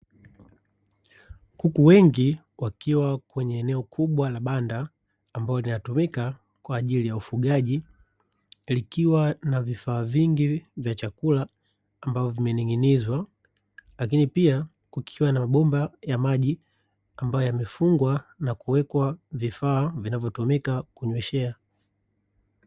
Kuku wengi wakiwa eneo la banda ambalo linatumika kwajili ya shughuli ya ufugaji, likiwa na vifaa vingi vya chakula ambavyo vimening'inizwa lakini pia kukiwa na mambomba ya maji vilivyofungwa na kuwekewa vifaa vinavyotumika kunyeshelea.